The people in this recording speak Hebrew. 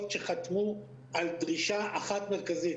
שחתמו על דרישה אחת מרכזית,